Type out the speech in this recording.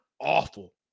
awful